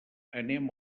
anem